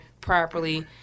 properly